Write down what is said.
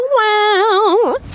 wow